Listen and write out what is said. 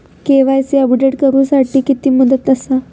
KYC update करू साठी किती मुदत आसा?